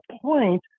point